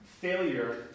failure